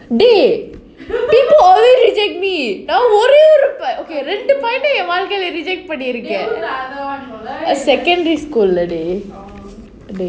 dey people always reject me நான் ஒரே ஒரு:naan ore oru okay ரெண்டு பையன:rendu payana reject பண்ணிருக்கேன்:pannirukaen secondary school lah dey